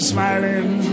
Smiling